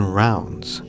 rounds